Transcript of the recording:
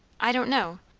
i don't know.